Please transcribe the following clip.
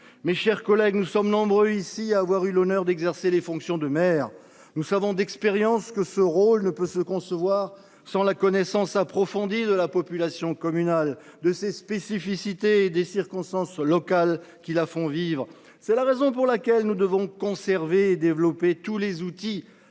Mes chers collègues, nous sommes nombreux ici à avoir eu l’honneur d’exercer les fonctions de maire. Nous savons d’expérience que ce rôle ne peut se concevoir sans la connaissance approfondie de la population communale, de ses spécificités et des circonstances locales. C’est la raison pour laquelle nous devons conserver et développer tous les outils